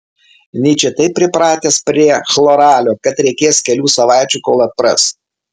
nyčė taip pripratęs prie chloralio kad reikės kelių savaičių kol atpras